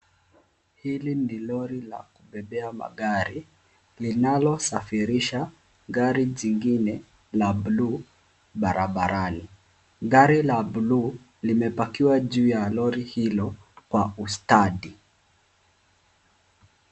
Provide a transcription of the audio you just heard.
Hili ni lori la kubebea magari linalosafirisha gari jingine la bluu barabarani. Gari la bluu limepakiwa juu ya lori hilo kwa ustadi.